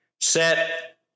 Set